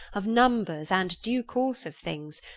of numbers, and due course of things,